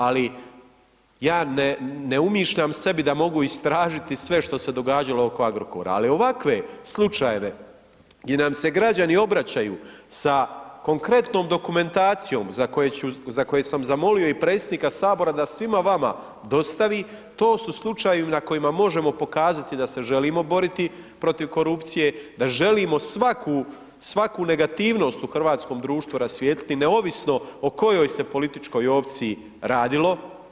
Ali, ja ne umišljam sebi da mogu istražiti sve što se je događalo oko Agrokora, ali ovakve slučajeve, gdje nam se građani obraćaju sa konkretnom dokumentacijom, za koji sam zamolio i predsjednika Sabora da svima vama, dostavi, to su slučajevi na kojima možemo pokazati, da se želimo boriti protiv korupcije, da želimo svaku negativnost u hrvatskom društvu rasvijetliti, neovisno o kojoj se političkoj opciji radilo.